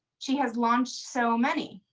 she has launched so many.